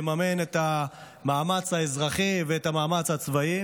לממן את המאמץ האזרחי ואת המאמץ הצבאי.